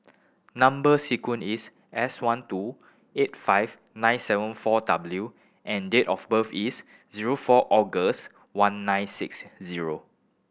number sequence is S one two eight five nine seven four W and date of birth is zero four August one nine six zero